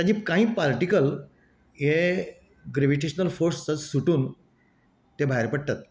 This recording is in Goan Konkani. तेजे कांय पार्टिकल हे ग्रेविटेशनल फोर्सस सुटून तें भायर पडटात